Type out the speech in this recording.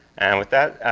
and with that,